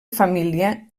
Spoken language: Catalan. família